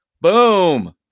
boom